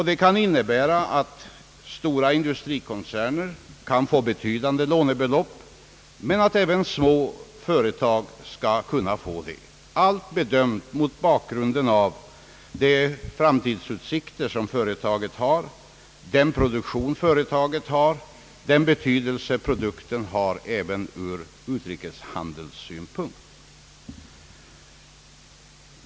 Det kan innebära att stora industrikoncerner kan få lån till betydande belopp men att även små företag skall kunna få det — allt bedömt mot bakgrunden av de framtidsutsikter som företaget har, den produktion företaget har och den betydelse produkten har, även ur utrikeshandelssynpunkt.